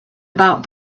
about